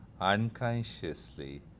unconsciously